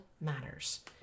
matters